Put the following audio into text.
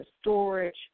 storage